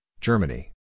Germany